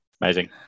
amazing